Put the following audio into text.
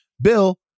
Bill